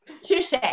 Touche